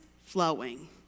flowing